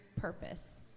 purpose